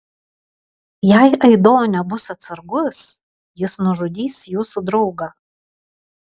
jei aido nebus atsargus jis nužudys jūsų draugą